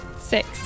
six